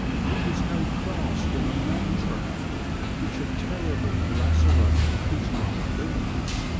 he was held fast in a man-trap which had terribly lacerated his lower limbs.